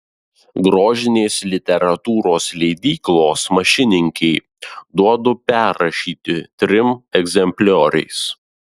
grožinės literatūros leidyklos mašininkei duodu perrašyti trim egzemplioriais